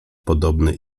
podobny